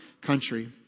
country